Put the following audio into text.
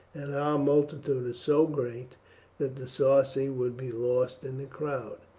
and our multitude is so great that the sarci would be lost in the crowd.